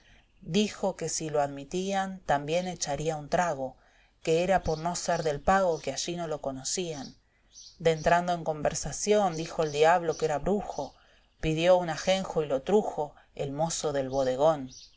dijo que si lo admitían también echaría un trago que era por no ser del pago que allí no lo conocían dentrando en conversación dijo el diablo que era brujo pidió un ajenjo y lo trujo el mozo del bodegón